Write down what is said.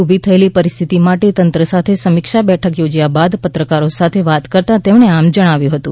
ઊભી થયેલી પરિસ્થિતી માટે તંત્ર સાથે સમિક્ષા બેઠક યોજયા બાદ પત્રકારો સાથે વાત કરતાં તેમણે આમ જણાવ્યુ હતું